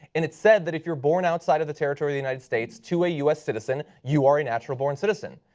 and it said that if you are born outside of the territory of the united states to a u s. citizen, you are a natural born citizen.